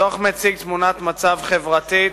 הדוח מציג תמונת מצב חברתית,